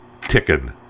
ticking